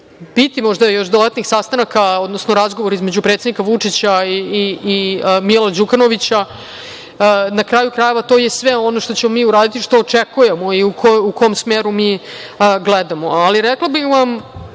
biti još dodatnih sastanaka, razgovora između predsednika Vučića i Mila Đukanovića. Na kraju krajeva, to je sve ono što ćemo mi uraditi, što očekujemo i u kom smeru mi gledamo. Ali, rekla bih vam